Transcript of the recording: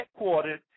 headquartered